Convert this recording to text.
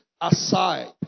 aside